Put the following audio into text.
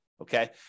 Okay